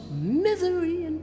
misery